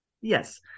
Yes